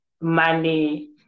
money